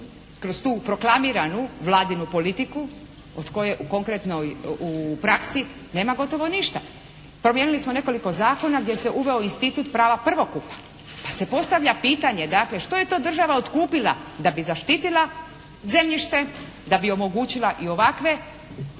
kroz tu proklamiranu vladinu politiku od koje u konkretnoj, u praksi nema gotovo ništa, promijenili smo nekoliko zakona gdje se uveo institut prava prvokupa. Pa se postavlja pitanje dakle što je to država otkupila da bi zaštitila zemljište, da bi omogućila i ovakve